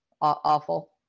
awful